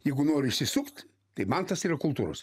jeigu nori išsisukt tai man tas yra kultūros